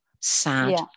sad